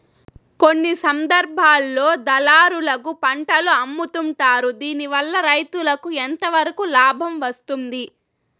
కొన్ని సందర్భాల్లో దళారులకు పంటలు అమ్ముతుంటారు దీనివల్ల రైతుకు ఎంతవరకు లాభం వస్తుంది?